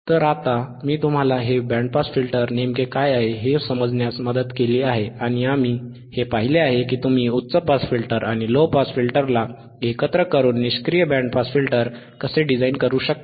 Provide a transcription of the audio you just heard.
तर आता मी तुम्हाला हे बँड पास फिल्टर नेमके काय आहे हे समजण्यास मदत केली आहे आणि आम्ही हे पाहिले आहे की तुम्ही उच्च पास फिल्टर आणि लो पास फिल्टरला एकत्र करून निष्क्रिय बँड पास फिल्टर कसे डिझाइन करू शकता